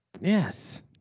Yes